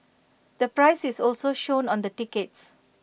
the price is also shown on the tickets